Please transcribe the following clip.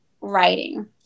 writing